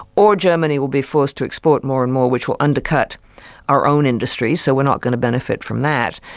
or germany will be forced to export more and more which will undercut our own industries, so we're not going to benefit from that.